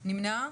נמנע?